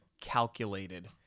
calculated